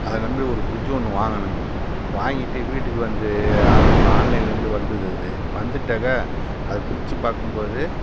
அதை நம்பி ஒரு ஃப்ரிட்ஜு ஒன்று வாங்குனேங்க வாங்கிட்டு வீட்டுக்கு வந்து ஆனு ஆன்லைன்லேந்து வந்துது அது வந்துட்டாக்கா அதைப் பிரிச்சு பார்க்கும்போது